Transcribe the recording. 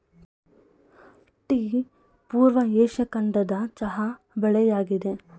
tea ಪೂರ್ವ Asia ಖಂಡದ ಚಹಾ ಬೆಳೆಯಾಗಿದೆ